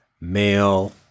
male